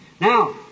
Now